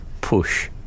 push